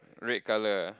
red colour